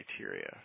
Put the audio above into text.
criteria